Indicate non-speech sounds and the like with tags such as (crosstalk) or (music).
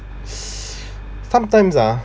(noise) sometimes ah